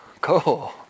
Cool